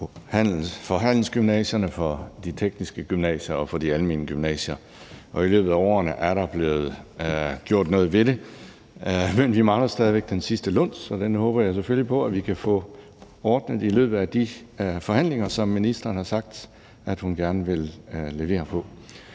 for handelsgymnasierne, for de tekniske gymnasier og for de almene gymnasier. Og i løbet af årene er der blevet gjort noget ved det, men vi mangler stadig væk den sidste luns, så den håber jeg selvfølgelig på at vi kan få ordnet i løbet af de forhandlinger, som ministeren har sagt at hun gerne vil levere på.